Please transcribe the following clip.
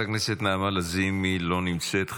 חברת הכנסת נעמה לזימי, לא נמצאת.